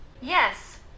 Yes